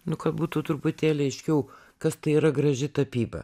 nu ka būtų truputėlį aiškiau kas tai yra graži tapyba